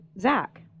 Zach